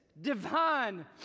divine